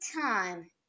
time